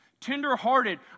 Tenderhearted